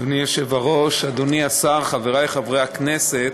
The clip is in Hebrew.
אדוני היושב-ראש, אדוני השר, חברי חברי הכנסת,